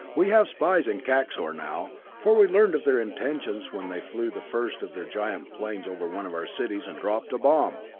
we have spies in kaxor now, for we learned of their intentions when they flew the first of their giant planes over one of our cities and dropped a bomb!